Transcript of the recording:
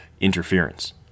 interference